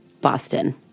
Boston